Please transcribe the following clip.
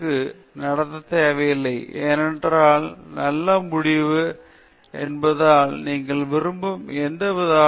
எனவே விஞ்ஞானிகளால் கண்மூடித்தனமாக நடத்தப்படுவதில்லை ஏனென்றால் முடிவு நல்லது என்பதால் நீங்கள் விரும்பும் எந்த விதத்திலும் அதை நடத்த முடியாது